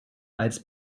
als